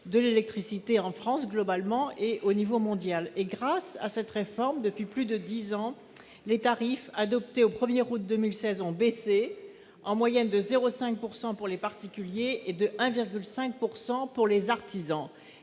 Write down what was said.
de l'électricité en France globalement et au niveau mondial. Grâce à cette réforme, depuis plus de dix ans, les tarifs adoptés au 1 août 2016 ont baissé en moyenne de 0,5 % pour les particuliers et de 1,5 % pour les artisans.